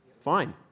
Fine